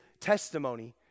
testimony